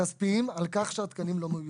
כספיים על כך שהתקנים לא מאוישים.